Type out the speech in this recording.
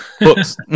books